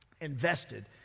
invested